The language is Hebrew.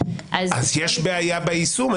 אז --- אז יש בעיה ביישום,